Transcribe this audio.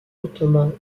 ottoman